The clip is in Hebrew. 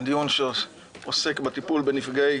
דיון שעוסק בנפגעי